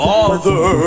Father